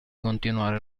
continuare